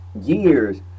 years